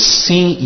see